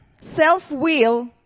self-will